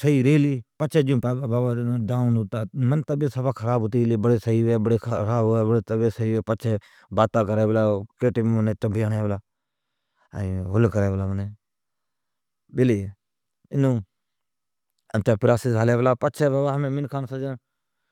صحیح ھتی پچھی یکی ڈائون ھتی گلی۔ گھڑی صحیھ ھوی گھڑی خراب ھوی، کی ٹیم منین چگیا ھڑین پلا کی ٹیم بڑی باتا کری پلا کی ٹیم بڑی منین ھل کری پلا۔ بیلی پچھی امچا سجا پراسیس ھلی پلا۔ پچھی منکھان سجانس